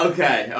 Okay